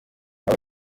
nawe